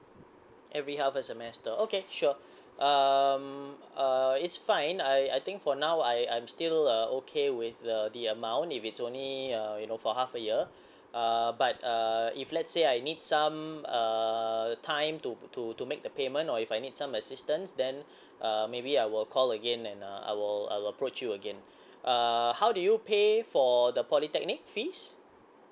every half a semester okay sure um uh it's fine I I think for now I I'm still uh okay with the the amount if it's only uh you know for half a year uh but uh if let's say I need some err time to to to make the payment or if I need some assistance then uh maybe I will call again and uh I will I will approach you again uh how did you pay for the polytechnic fees